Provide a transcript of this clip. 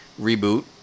reboot